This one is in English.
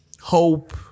hope